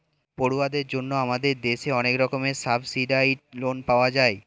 পড়ুয়াদের জন্য আমাদের দেশে অনেক রকমের সাবসিডাইস্ড্ লোন পাওয়া যায়